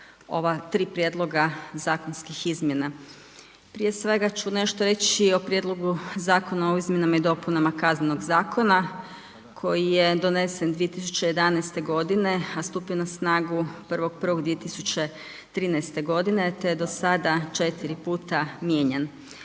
ova tri prijedloga zakonskih izmjena. Prije svega ću nešto reći i o Prijedlogu Zakona o izmjenama i dopunama Kaznenog zakona koji je donesen 2011. godine, a stupio na snagu 1.1.2013. godine te je do sada 4 puta mijenjan.